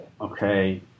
okay